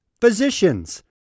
Physicians